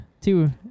Two